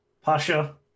Pasha